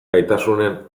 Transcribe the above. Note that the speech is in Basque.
gaitasunen